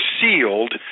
sealed